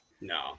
No